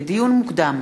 לדיון מוקדם: